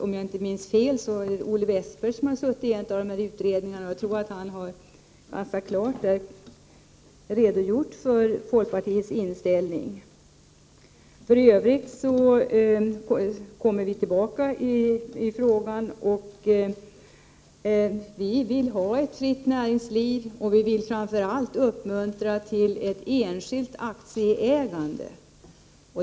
Om jag inte minns fel har Olle Wästberg suttit med i en av de här utredningarna, och jag tror att han där ganska klart har redogjort för folkpartiets inställning. För övrigt kommer vi tillbaka i frågan. Vi vill ha ett fritt näringsliv och vi vill framför allt uppmuntra till ett enskilt aktieägande.